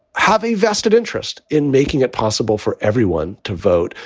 have a vested interest in making it possible for everyone to vote.